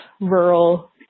rural